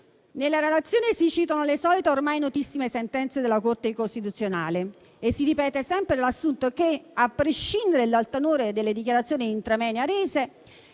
Nella relazione si citano le ormai solite, notissime sentenze della Corte costituzionale e si ripete sempre l'assunto che, a prescindere dal tenore delle dichiarazioni *intramoenia* rese,